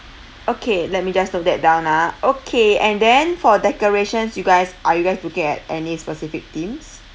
okay let me just note that down ah okay and then for decorations you guys are you guys looking at any specific themes